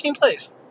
place